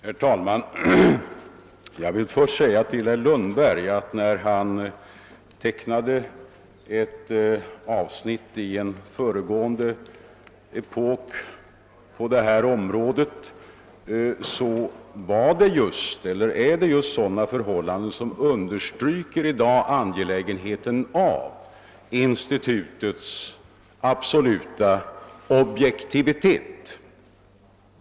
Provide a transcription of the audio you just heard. Herr talman! Jag vill först säga till herr Lundberg, när han tecknar ett avsnitt av en föregående epok på detta område, att det just är sådana förhållanden som i dag understryker angelägenheten av institutets absoluta objektivitet.